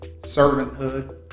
servanthood